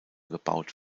gebaut